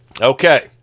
Okay